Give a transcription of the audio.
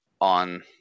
on